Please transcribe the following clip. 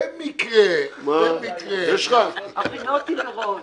במקרה --- הכינותי מראש.